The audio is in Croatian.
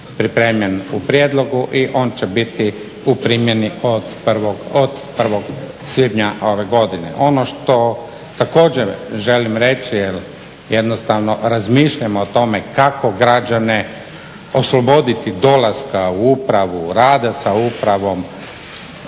pripremljen u prijedlogu i on će biti u primjeni od 1. svibnja ove godine. Ono što također želim reći jer jednostavno razmišljamo o tome kako građane osloboditi dolaska u upravu, rada sa upravom,